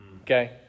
Okay